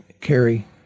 carry